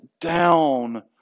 down